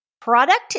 Product